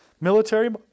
military